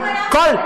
כל,